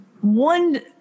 one